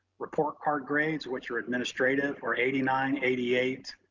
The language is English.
report card grades, which are administrative, are eighty nine, eighty eight,